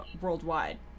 worldwide